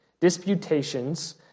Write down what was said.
Disputations